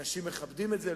אנשים מכבדים את זה,